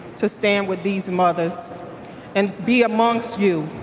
to stand with these mothers and be amongst you.